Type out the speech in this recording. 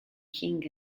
king